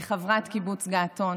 אני חברת קיבוץ געתון.